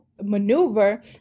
maneuver